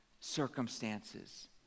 circumstances